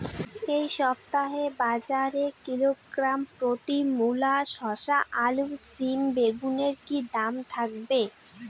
এই সপ্তাহে বাজারে কিলোগ্রাম প্রতি মূলা শসা আলু সিম বেগুনের কী দাম থাকবে?